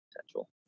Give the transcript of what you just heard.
potential